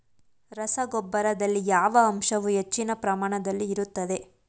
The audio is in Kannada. ರಸಗೊಬ್ಬರದಲ್ಲಿ ಯಾವ ಅಂಶವು ಹೆಚ್ಚಿನ ಪ್ರಮಾಣದಲ್ಲಿ ಇರುತ್ತದೆ?